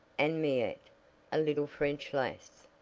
and miette, a little french lass.